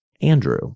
Andrew